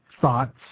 Thoughts